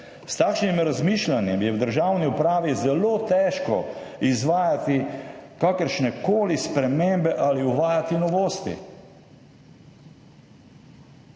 S takšnim razmišljanjem je v državni upravi zelo težko izvajati kakršnekoli spremembe ali uvajati novosti.